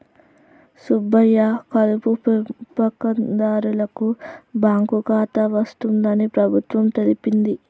సుబ్బయ్య కలుపు పెంపకందారులకు బాంకు ఖాతా వస్తుందని ప్రభుత్వం తెలిపింది